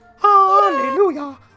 hallelujah